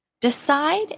Decide